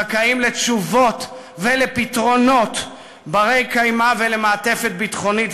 זכאים לתשובות ולפתרונות בני-קיימא ולמעטפת ביטחונית,